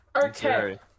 Okay